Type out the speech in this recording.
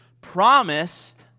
Promised